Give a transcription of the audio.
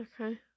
Okay